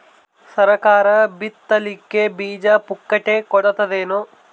ಸರಕಾರ ಬಿತ್ ಲಿಕ್ಕೆ ಬೀಜ ಪುಕ್ಕಟೆ ಕೊಡತದೇನು?